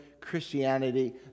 Christianity